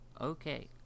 okay